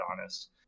honest